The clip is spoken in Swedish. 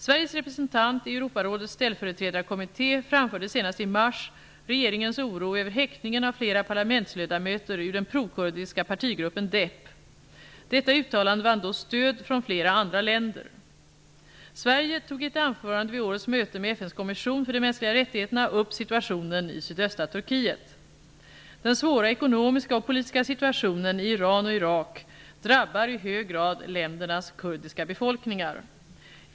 Sveriges representant i Europarådets ställföreträdarkommitté framförde senast i mars regeringens oro över häktningen av flera parlamentsledamöter ur den prokurdiska partigruppen DEP. Detta uttalande vann då stöd från flera andra länder. Sverige tog i ett anförande vid årets möte med FN:s kommission för de mänskliga rättigheterna upp situationen i sydöstra Turkiet. Iran och Irak drabbar i hög grad ländernas kurdiska befolkningar.